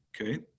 okay